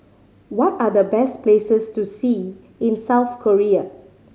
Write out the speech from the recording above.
what are the best places to see in South Korea